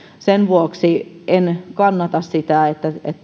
sen vuoksi en kannata sitä että